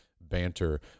banter